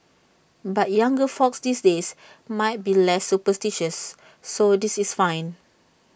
but younger folks these days might be less superstitious so this is fine